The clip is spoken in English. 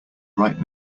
right